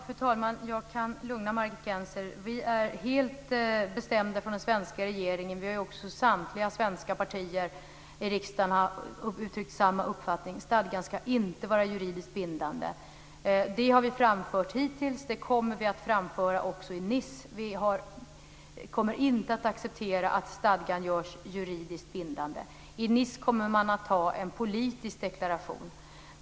Fru talman! Jag kan lugna Margit Gennser. Vi är helt bestämda i den svenska regeringen. Vi har också samtliga svenska partier i riksdagen uttryckt samma uppfattning. Stadgan ska inte vara juridiskt bindande. Det har vi framfört hittills. Det kommer vi att framföra också i Nice. Vi kommer inte att acceptera att stadgan görs juridiskt bindande. I Nice kommer man att anta en politisk deklaration.